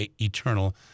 eternal